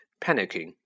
Panicking